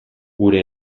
gure